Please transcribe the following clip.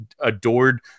adored